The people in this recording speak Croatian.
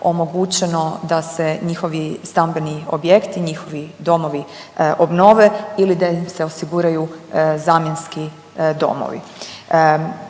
da se njihovi stambeni objekti i njihovi domovi obnove ili da im se osiguraju zamjenski domovi.